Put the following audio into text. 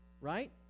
right